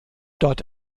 dort